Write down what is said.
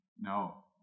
No